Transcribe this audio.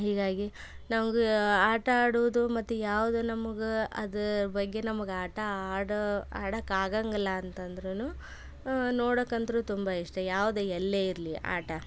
ಹೀಗಾಗಿ ನಮಗೆ ಆಟ ಆಡೋದು ಮತ್ತು ಯಾವ್ದು ನಮ್ಗೆ ಅದ್ರ್ ಬಗ್ಗೆ ನಮಗೆ ಆಟ ಆಡೋ ಆಡಕ್ಕೆ ಆಗೋಂಗಿಲ್ಲ ಅಂತಂದ್ರೂನು ನೋಡಕ್ಕಂತೂ ತುಂಬ ಇಷ್ಟ ಯಾವುದೇ ಎಲ್ಲೇ ಇರಲಿ ಆಟ